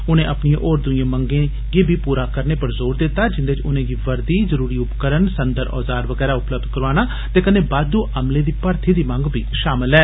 उनें अपनिएं होर दूईयें मंगें गी बी पूरा करने पर जोर दित्ता जिन्दे च उनेंगी वर्दी जरूरी उपकरण संदर औजार बगैरा उपलब्ध कराना ते कन्ने बाद्दू अमले दी भर्थी दी मंग बी शामल ऐ